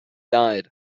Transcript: died